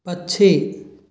पक्षी